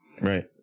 Right